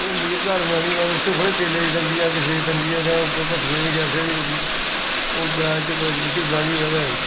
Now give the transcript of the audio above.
हून अमीर घर बनानी होऐ ते उत्थै थोह्ड़े तेला दी तंगी जां कुसा दी तंगी ऐ जां भट्ठियें दी गैसें दी हून ग्राएं च रुट्टी बनानी होऐ ते